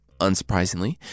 unsurprisingly